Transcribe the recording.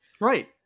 Right